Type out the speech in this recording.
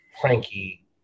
Frankie